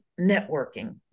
networking